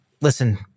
listen